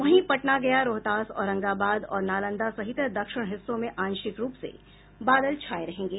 वहीं पटना गया रोहतास औरंगाबाद और नालंदा सहित दक्षिण हिस्सों में आंशिक रूप से बादल छाये रहेंगे